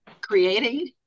creating